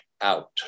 out